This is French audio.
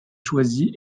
choisi